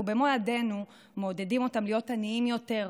אנחנו במו ידינו מעודדים אותם להיות עניים יותר,